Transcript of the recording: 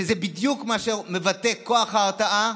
שזה בדיוק מה שמבטא כוח ההרתעה,